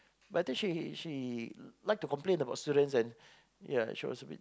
but I think she she like to complain about students and ya she was a bit